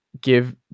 give